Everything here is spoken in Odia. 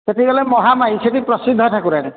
ସେଠି ଗଲେ ମହାମାୟୀ ସେଠି ପ୍ରସିଦ୍ଧ ଠାକୁରାଣୀ